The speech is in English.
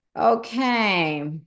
Okay